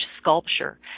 sculpture